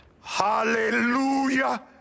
Hallelujah